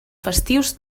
festius